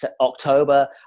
October